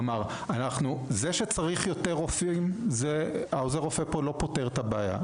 כלומר זה שצריך יותר רופאים עוזר הרופא לא פותר את הבעיה.